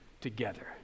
together